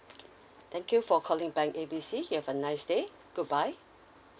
thank you for calling bank A B C you have a nice day goodbye